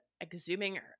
exhuming